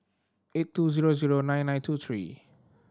eight two zero zero nine nine two three